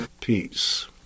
peace